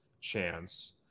chance